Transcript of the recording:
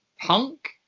punk